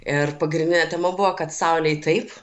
ir pagrindinė tema buvo kad saulei taip